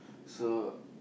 so